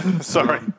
Sorry